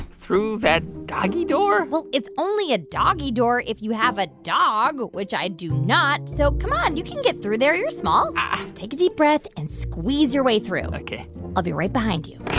through that doggy door? well, it's only a doggy door if you have a dog, which i do not. so come on. you can get through there. you're small. ah just take a deep breath and squeeze your way through ok i'll be right behind you ow